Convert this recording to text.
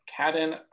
Caden